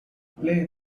play